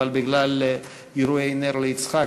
אבל בגלל אירועי "נר יצחק",